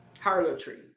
Harlotry